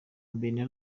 mbere